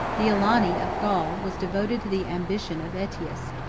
the alani of gaul was devoted to the ambition of aetius,